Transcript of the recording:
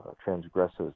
transgresses